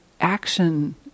action